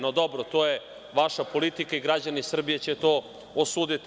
No, dobro, to je vaša politika i građani Srbije će to osuditi.